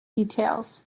details